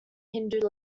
hindu